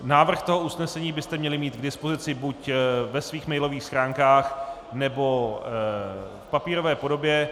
Návrh toho usnesení byste měli mít k dispozici buď ve svých mailových stránkách, nebo v papírové podobě.